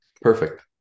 perfect